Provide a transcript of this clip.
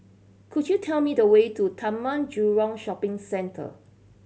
could you tell me the way to Taman Jurong Shopping Centre